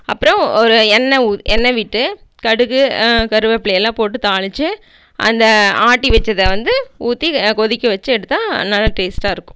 அப்புறோம் ஒரு எண்ணெய் ஊ எண்ணெய் விட்டு கடுகு கருவேப்பிலை எல்லாம் போட்டு தாளிச்சு அந்த ஆட்டி வச்சத வந்து ஊற்றி கொதிக்க வச்சி எடுத்தால் நல்லா டேஸ்ட்டாக இருக்கும்